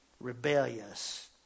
rebellious